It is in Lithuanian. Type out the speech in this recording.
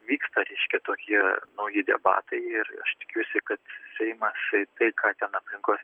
vyksta reiškia tokie nauji debatai ir aš tikiuosi kad seimas tai ką ten aplinkos